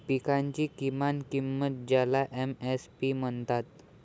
पिकांची किमान किंमत ज्याला एम.एस.पी म्हणतात